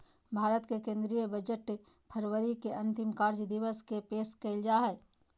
भारत के केंद्रीय बजट फरवरी के अंतिम कार्य दिवस के पेश कइल जा हइ